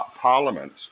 Parliament